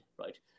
right